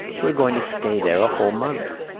we're going to stay there a whole month.